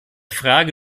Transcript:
frage